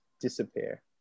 disappear